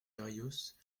berrios